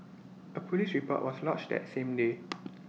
A Police report was lodged that same day